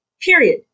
Period